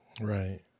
Right